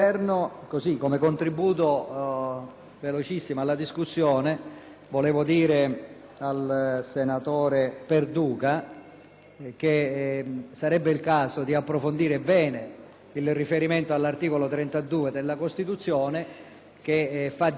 vorrei dire al senatore Perduca che sarebbe il caso di approfondire bene il riferimento all'articolo 32 della Costituzione, che fa divieto delle